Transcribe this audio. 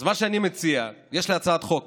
אז מה שאני מציע, יש לי הצעת חוק